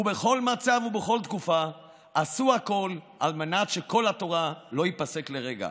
ובכל מצב ובכל תקופה עשו הכול על מנת שקול התורה לא ייפסק לרגע.